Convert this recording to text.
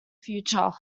future